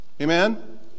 Amen